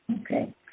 Okay